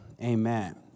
Amen